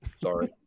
sorry